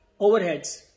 overheads